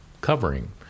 covering